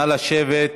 נא לשבת.